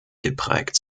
geprägt